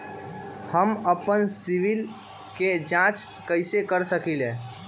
हम अपन सिबिल के जाँच कइसे कर सकली ह?